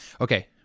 Okay